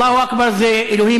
"אללהו אכבר" זה "אלוהים